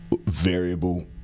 variable